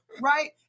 Right